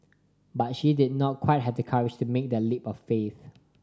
but she did not quite have the courage to make that leap of faith